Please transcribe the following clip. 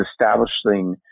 establishing